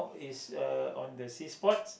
is a on the sea sport